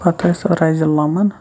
پَتہٕ ٲسۍ رَزِ لَمان